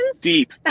deep